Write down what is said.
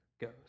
goes